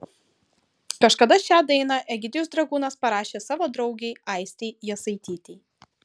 kažkada šią dainą egidijus dragūnas parašė savo draugei aistei jasaitytei